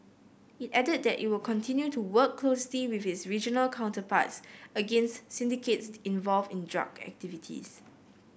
it added that it will continue to work closely with its regional counterparts against syndicates involved in drug activities